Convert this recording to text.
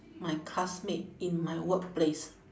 my classmate in my work place